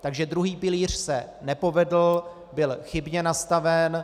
Takže druhý pilíř se nepovedl, byl chybně nastaven.